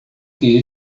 que